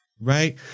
Right